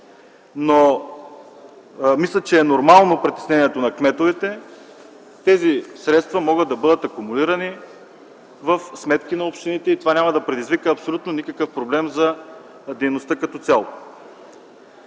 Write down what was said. но мисля, че е нормално притеснението на кметовете. Тези средства могат да бъдат акумулирани в сметки на общините и това няма да предизвика абсолютно никакъв проблем за дейността като цяло.